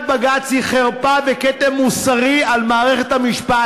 בג"ץ היא חרפה וכתם מוסרי על מערכת המשפט.